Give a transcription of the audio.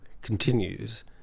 continues